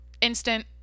instant